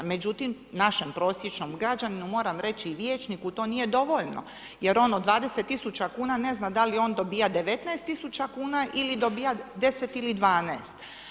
Međutim, našem prosječnom građaninu moram reći i vijećniku to nije dovoljno jer on od 20 tisuća kuna ne zna da li on dobija 19 tisuća kuna ili dobija 10 ili 12.